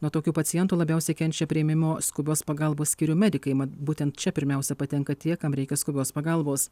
nuo tokių pacientų labiausiai kenčia priėmimo skubios pagalbos skyrių medikai mat būtent čia pirmiausia patenka tie kam reikia skubios pagalbos